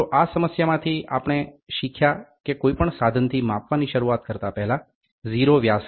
તો આ સમસ્યામાંથી શીખ્યા કે કોઈ પણ સાધન થી માપવાની શરૂઆત કરતા પહેલા 0 વ્યાસ કરો